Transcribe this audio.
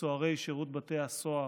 וסוהרי שירות בתי הסוהר,